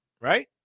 right